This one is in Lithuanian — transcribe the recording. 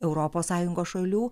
europos sąjungos šalių